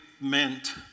meant